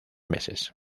meses